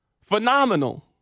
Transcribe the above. phenomenal